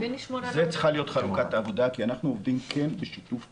זו צריכה להיות חלוקת העבודה כי אנחנו עובדים בשיתוף פעולה,